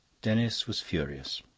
denis was furious,